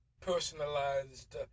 personalized